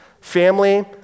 Family